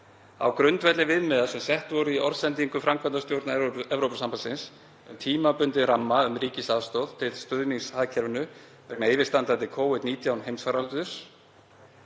á grundvelli viðmiða sem sett voru í orðsendingu framkvæmdastjórnar Evrópusambandsins um tímabundinn ramma um ríkisaðstoð til stuðnings hagkerfinu vegna yfirstandandi Covid-19 heimsfaraldurs.